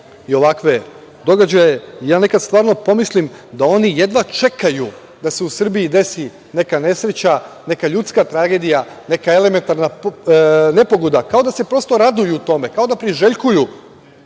i ovakve događaje i ja nekad stvarno pomislim da oni jedva čekaju da se u Srbiji desi neka nesreća, neka ljudska tragedija, neka elementarna nepogoda, kao da se prosto raduju tome, kao da priželjkuju